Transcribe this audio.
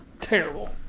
terrible